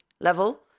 level